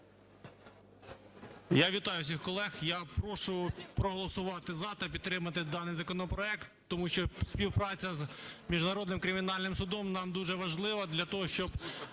Я вітаю всіх колег! Я прошу проголосувати "за" та підтримати даний законопроект, тому що співпраця з Міжнародним кримінальним судом нам дуже важлива для того, щоб